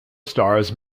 stars